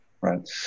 right